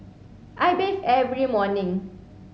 I bathe every morning